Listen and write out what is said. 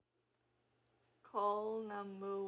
call number